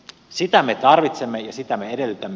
sitä me tarvitsemme ja sitä me edellytämme